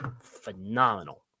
phenomenal